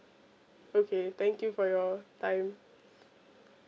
okay thank you for your time